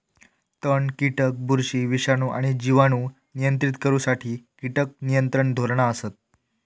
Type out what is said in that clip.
तण, कीटक, बुरशी, विषाणू आणि जिवाणू नियंत्रित करुसाठी कीटक नियंत्रण धोरणा असत